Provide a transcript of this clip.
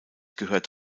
gehört